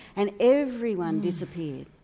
and everyone disappeared,